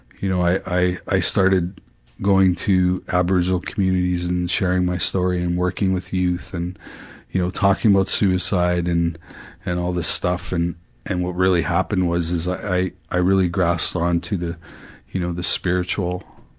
you know, i i started going to aboriginalcommunities and and sharing my story, and working with youth, and you know, talking about suicide, and and all this stuff, and and what really happened was, i i really grasped on to the you know the spiritual